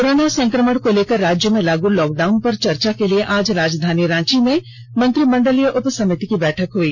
corona संक्रमण को लेकर राज्य में लागू लॉकडाउन पर चर्चा के लिए आज राजधानी रांची में मंत्रिमंडलीय उपसमिति की बैठक हई